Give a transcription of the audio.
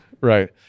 Right